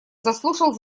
заслушал